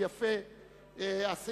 קבוצת חד"ש,